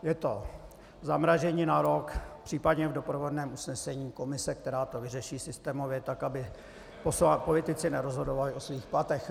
Je to zamrazení na rok, případně v doprovodném usnesení komise, která to vyřeší systémově tak, aby politici nerozhodovali o svých platech.